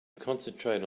concentrate